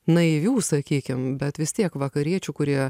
naivių sakykim bet vis tiek vakariečių kurie